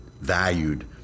valued